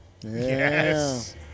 Yes